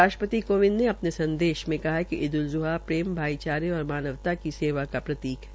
राष्ट्रपति कोविंद ने अपने संदेश में कहा कि ईद उल ज़्हा प्रेम भाईचारे और मानवता की सेवा का प्रतीक है